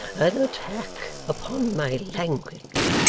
an attack upon my language!